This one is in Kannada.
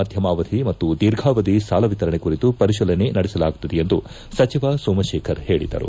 ಮಧ್ಯಮಾವಧಿ ಮತ್ತು ದೀರ್ಘಾವಧಿ ಸಾಲ ಎತರಣೆ ಕುರಿತು ಪರಿಶೀಲನೆ ನಡೆಸಲಾಗುತ್ತಿದೆ ಎಂದು ಸಚಿವ ಸೋಮಶೇಖರ್ ಹೇಳದರು